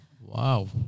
Wow